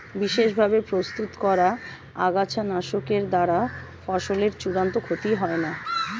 বিশেষ ভাবে প্রস্তুত করা আগাছানাশকের দ্বারা ফসলের চূড়ান্ত ক্ষতি হয় না